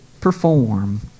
perform